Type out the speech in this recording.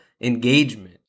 engagement